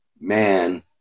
Man